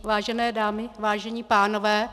Vážené dámy, vážení pánové.